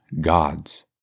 gods